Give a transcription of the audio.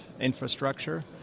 infrastructure